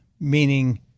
meaning